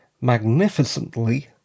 magnificently